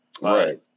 Right